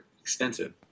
extensive